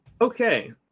Okay